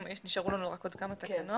נשארו לנו רק עוד כמה תקנות.